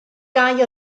gau